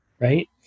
right